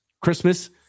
Christmas